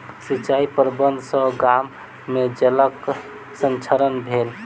सिचाई प्रबंधन सॅ गाम में जलक संरक्षण भेल